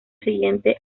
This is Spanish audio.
siguiente